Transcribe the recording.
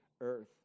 earth